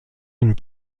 une